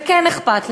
וכן אכפת להם,